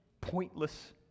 Pointless